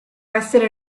essere